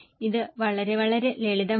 ഇത് വരെ വളരെ ലളിതമാണ്